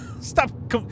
stop